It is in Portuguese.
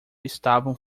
estavam